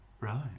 right